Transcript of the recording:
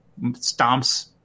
stomps